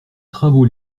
travaux